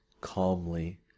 calmly